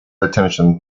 attention